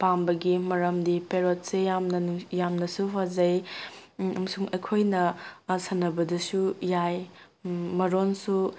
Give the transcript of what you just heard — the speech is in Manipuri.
ꯄꯥꯝꯕꯒꯤ ꯃꯔꯝꯗꯤ ꯄꯦꯔꯣꯠꯁꯦ ꯌꯥꯝꯅꯁꯨ ꯐꯖꯩ ꯎꯃꯁꯨꯡ ꯑꯩꯈꯣꯏꯅ ꯃꯥ ꯁꯥꯟꯅꯕꯗꯁꯨ ꯌꯥꯏ ꯃꯔꯣꯟꯁꯨ